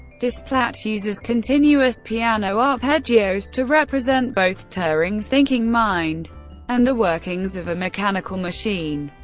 desplat uses continuous piano arpeggios to represent both turing's thinking mind and the workings of a mechanical machine.